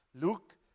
Luke